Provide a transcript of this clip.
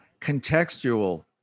Contextual